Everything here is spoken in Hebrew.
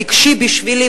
הוא רגשי בשבילי,